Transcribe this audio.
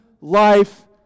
life